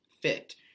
fit